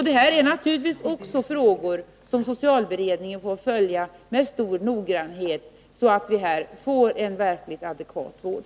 Det här är naturligtvis också frågor som socialberedningen får följa med stor noggrannhet, så att vi får en verkligt adekvat vård.